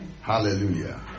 Hallelujah